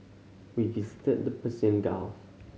we visited the Persian Gulf